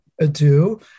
ado